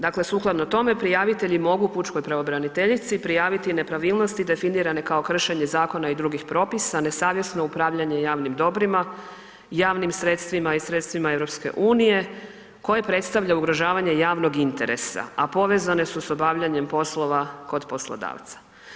Dakle, sukladno tome prijavitelji mogu pučkoj pravobraniteljici prijaviti nepravilnosti definirane kao kršenje zakona i drugih propisa, nesavjesno upravljanje javnim dobrima, javnim sredstvima i sredstvima EU koje predstavlja ugrožavanje javnog interesa, a povezane su s obavljanjem poslova kod poslodavca.